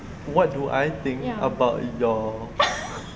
what do I think about your